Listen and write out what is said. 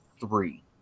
three